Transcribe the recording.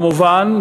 כמובן,